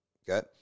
okay